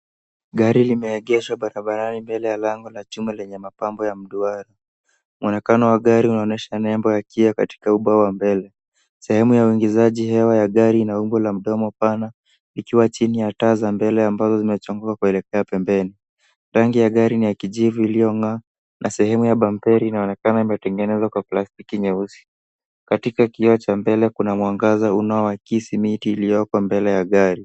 Gari limeegeshwa barabarani mbele ya lango la chuma lenye mapambo ya mduara. Muonekano wa gari unaonyesha nembo ya kioo katika ubao wa mbele. Sehemu ya uingizaji hewa ya gari ina umbo la mdomo pana likiwa chini ya taa za mbele ambazo zimechongwa kuelekea pembeni. Rangi ya gari ni ya kijivu iling'aa na sehemu ya bamperi inaonekana imetengenzwa kwa plastiki nyeusi. Katika kioo cha mbele kuna mwangaza unaoakisi miti iliyoko mbele ya gari.